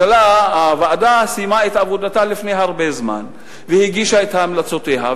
הוועדה סיימה את עבודתה לפני הרבה זמן והגישה את המלצותיה.